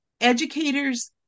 educators